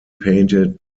painted